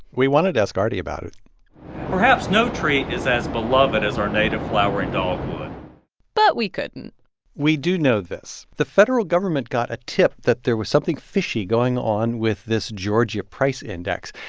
we wanted to ask arty about it perhaps no tree is as beloved as our native flowering dogwood but we couldn't we do know this. the federal government got a tip that there was something fishy going on with this georgia price index.